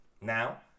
Now